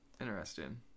interesting